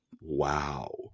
wow